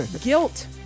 guilt